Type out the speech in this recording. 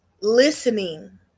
listening